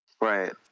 Right